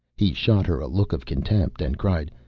he shot her a look of contempt and cried,